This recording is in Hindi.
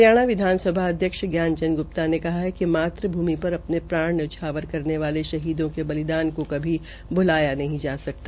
हरियाणा विधानसभा अध्यक्ष ज्ञानचंद ग्प्ता ने कहा है कि मात भूमि र अ ने प्राण न्यौछावर करने वाले शहीदों के बलिदान को कभी भ्लाया जा सकता